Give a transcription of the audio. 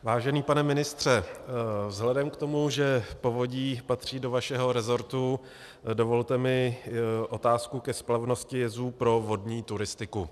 Vážený pane ministře, vzhledem k tomu, že povodí patří do vašeho resortu, dovolte mi otázku ke splavnosti jezů pro vodní turistiku.